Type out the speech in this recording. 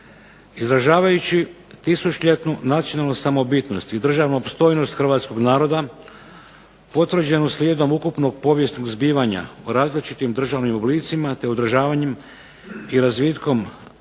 izražavajući tisućljetnu nacionalnu samobitnost i državnu opstojnost hrvatskog naroda potvrđeno slijedom ukupnog povijesnog zbivanja u različitim državnim oblicima te održavanjem i razvitkom